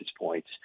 points